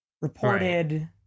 reported